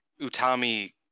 utami